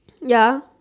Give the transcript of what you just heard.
ya